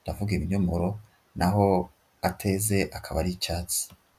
ndavuga ibinyomoro na ho ateze akaba ari icyatsi.